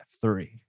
three